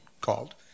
called